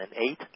2008